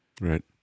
Right